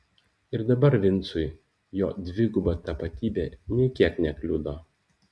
ir dabar vincui jo dviguba tapatybė nė kiek nekliudo